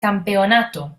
campeonato